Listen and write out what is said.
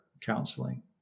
counseling